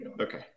Okay